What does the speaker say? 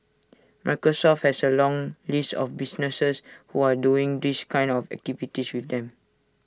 Microsoft has A long list of businesses who are doing these kind of activities with them